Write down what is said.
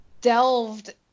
delved